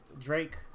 Drake